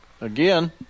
Again